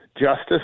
justice